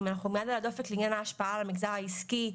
אנחנו עם יד על הדופק לעניין המגזר העסקי.